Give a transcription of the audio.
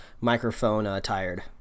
microphone-tired